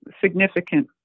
significant